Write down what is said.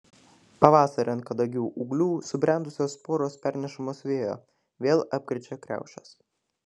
pavasarį ant kadagių ūglių subrendusios sporos pernešamos vėjo vėl apkrečia kriaušes